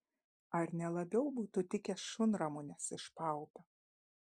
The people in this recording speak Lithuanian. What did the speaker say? ar ne labiau būtų tikę šunramunės iš paupio